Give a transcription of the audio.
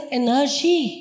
energy